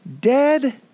Dead